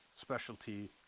specialty